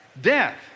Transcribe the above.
death